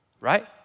Right